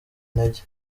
intege